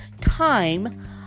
time